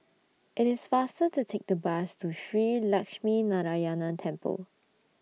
IT IS faster to Take The Bus to Shree Lakshminarayanan Temple